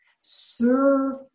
serve